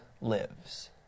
lives